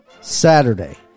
Saturday